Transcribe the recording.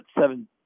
seven